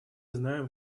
знаем